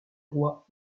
roi